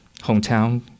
hometown